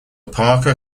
parker